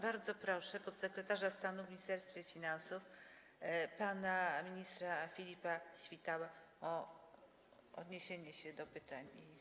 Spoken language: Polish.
Bardzo proszę podsekretarza stanu w Ministerstwie Finansów pana ministra Filipa Świtałę o odniesienie się do pytań i